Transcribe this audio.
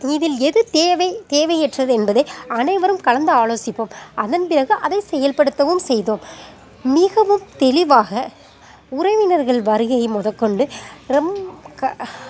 இதில் எது தேவை தேவையற்றது என்பதை அனைவரும் கலந்து ஆலோசிப்போம் அதன்பிறகு அதை செயல்படுத்தவும் செய்தோம் மிகவும் தெளிவாக உறவினர்கள் வருகையை மொதற்கொண்டு ரொம் க